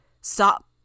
Stop